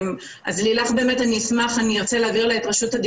אנשי אשמח אם תאפשרו ללילך להתייחס.